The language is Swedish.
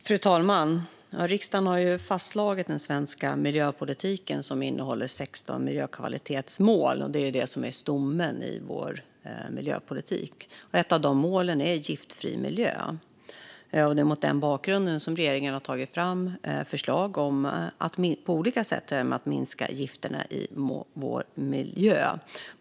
Fru talman! Riksdagen har ju fastslagit den svenska miljöpolitiken, som innehåller 16 miljökvalitetsmål. Det är det som är stommen i vår miljöpolitik. Ett av målen är en giftfri miljö, och det är mot den bakgrunden regeringen har tagit fram förslag om att på olika sätt minska gifterna i vår miljö.